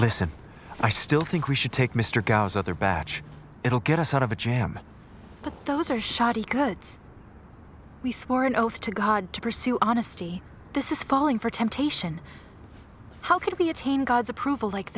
listen i still think we should take mr guy's other batch it'll get us out of a jam but those are shoddy goods we swore an oath to god to pursue honesty this is falling for temptation how could we attain god's approval like